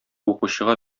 укучыга